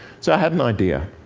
so had an idea.